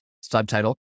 subtitle